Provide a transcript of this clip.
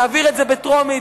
נעביר את זה בטרומית,